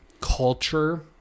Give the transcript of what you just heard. culture